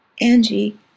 Angie